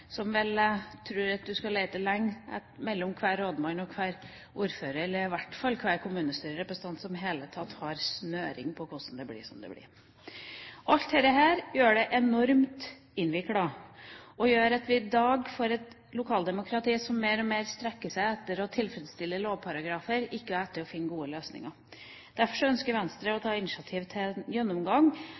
du skal lete lenge blant rådmenn og ordførere, i hvert fall kommunestyrerepresentanter, for å finne noen som i det hele tatt har snøring på hvordan det blir som det blir. Alt dette gjør det enormt innviklet, og gjør at vi i dag får et lokaldemokrati som mer og mer strekker seg etter å tilfredsstille lovparagrafer, ikke etter å finne gode løsninger. Derfor ønsker Venstre å ta initiativ til en gjennomgang